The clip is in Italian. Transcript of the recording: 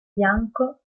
bianco